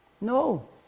No